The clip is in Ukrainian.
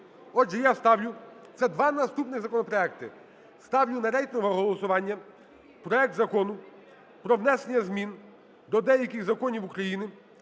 Отже, я ставлю, це два наступних законопроекти. Ставлю на рейтингове голосування проект Закону до деяких законів України